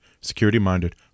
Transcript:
security-minded